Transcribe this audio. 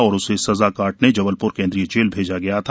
और उसे सजा काटने जबलप्र केंद्रीय जेल भेजा गया था